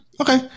okay